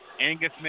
Angus